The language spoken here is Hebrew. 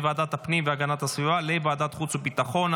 מוועדת הפנים והגנת הסביבה לוועדת החוץ והביטחון.